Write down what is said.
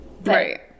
Right